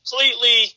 completely